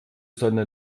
seine